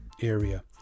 area